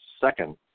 second